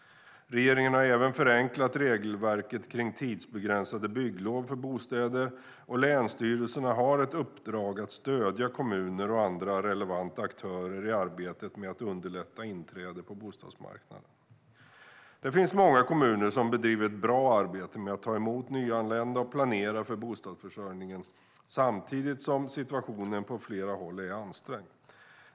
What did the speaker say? Regeringen har även förenklat regelverket kring tidsbegränsade bygglov för bostäder, och länsstyrelserna har ett uppdrag att stödja kommuner och andra relevanta aktörer i arbetet med att underlätta inträde på bostadsmarknaden. Det finns många kommuner som bedriver ett bra arbete med att ta emot nyanlända och planera för bostadsförsörjningen samtidigt som situationen på flera håll är ansträngd.